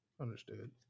Understood